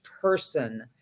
person